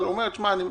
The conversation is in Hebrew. הוא אומר שהוא מבין,